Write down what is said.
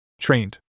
Trained